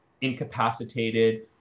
incapacitated